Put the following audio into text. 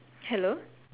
hello